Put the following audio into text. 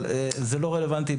אבל זה לא רלוונטי.